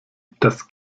das